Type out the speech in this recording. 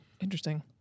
Interesting